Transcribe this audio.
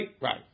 Right